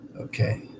okay